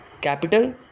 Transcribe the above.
capital